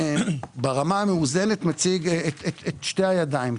ברמה המאוזנת אני מציג את שתי הידיים,